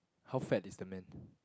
how fat is the man